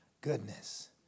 goodness